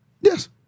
Yes